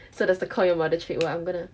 so does the call your mother trick work I'm gonna